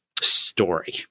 story